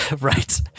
right